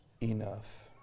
enough